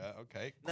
okay